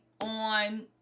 on